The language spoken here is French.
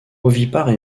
ovipare